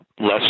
Less